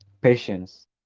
patience